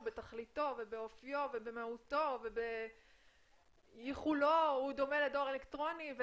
בתכליתו ובאופיו ובמהותו דומה לדואר אלקטרוני.